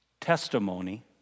testimony